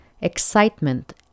excitement